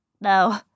No